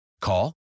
Call